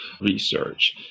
research